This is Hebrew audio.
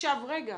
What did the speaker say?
את אומרת,